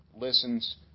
listens